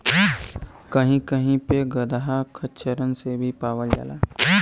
कही कही पे गदहा खच्चरन से भी पावल जाला